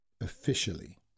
Officially